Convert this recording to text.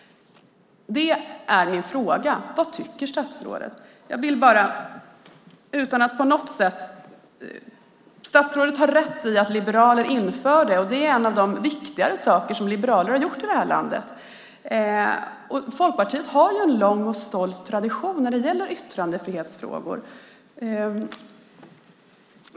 Det är min fråga: Vad tycker statsrådet? Statsrådet har rätt i att liberaler införde det. Det är en av de viktigare sakerna som liberaler har gjort i det här landet. Folkpartiet har en lång och stolt tradition när det gäller yttrandefrihetsfrågor.